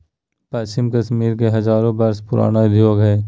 पश्मीना कश्मीर के हजारो वर्ष पुराण उद्योग हइ